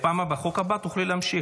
בחוק הבא תוכלי להמשיך.